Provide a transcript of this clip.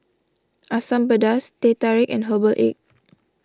Asam Pedas Teh Tarik and Herbal Egg